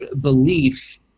belief